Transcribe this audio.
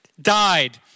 died